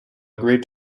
agreed